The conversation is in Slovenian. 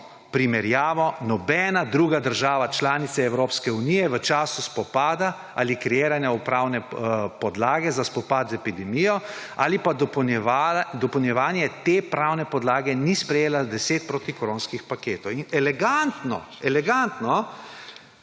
primerjavo, nobena druga država članica Evropske unije v času spopada ali kreiranja pravne podlag za spopad z epidemijo ali pa dopolnjevanje te pravne podlage ni sprejela 10 protikoronskih paketov.« Elegantno v bistvu